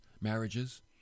marriages